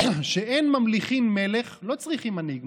שאין ממליכין מלך" לא צריכים מנהיג,